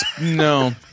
No